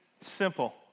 simple